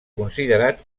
considerat